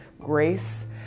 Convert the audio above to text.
grace